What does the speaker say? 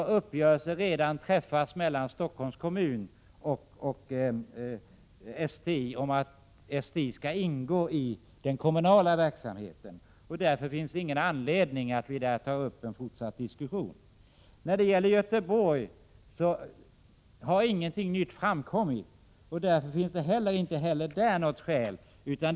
En uppgörelse har redan träffats mellan Stockholms kommun och STI om att STI skall ingå i den kommunala verksamheten, och därför finns det ingen anledning att här ta upp en fortsatt diskussion. I fråga om de två skolorna i Göteborg har ingenting nytt framkommit, och det finns inte heller där något skäl för debatt.